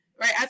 right